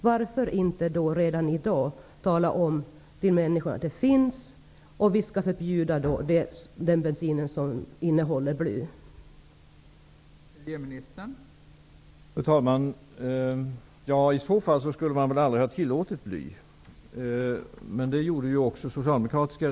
Varför talar man inte redan i dag om detta för människorna och att den bensin som innehåller bly skall förbjudas?